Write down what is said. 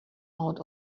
out